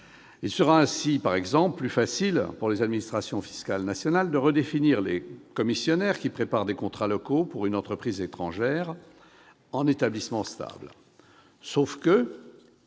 Il sera ainsi plus facile pour les administrations fiscales nationales de redéfinir les « commissionnaires », lesquels préparent des contrats locaux pour une entreprise étrangère, en « établissement stable